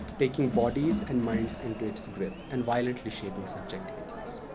taking bodies and minds into its grip and violently shaping subjectivities.